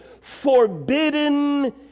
forbidden